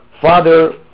Father